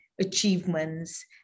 achievements